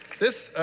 this,